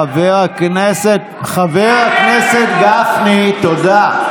חבר הכנסת גפני, תודה.